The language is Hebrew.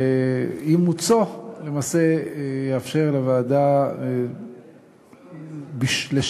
ואימוצו למעשה יאפשר לוועדה לשקף